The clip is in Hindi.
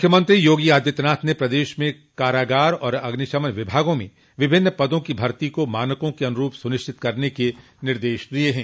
मुख्यमंत्री योगी आदित्यनाथ ने प्रदेश में कारागार और अग्निशमन विभागों में विभिन्न पदों की भर्ती को मानकों के अनुरूप सुनिश्चित करने के निर्देश दिये हैं